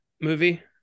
movie